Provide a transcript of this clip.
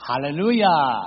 Hallelujah